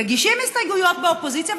מגישים הסתייגויות באופוזיציה,